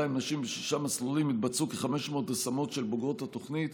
נשים בשישה מסלולים והתבצעו כ-500 השמות של בוגרות התוכנית.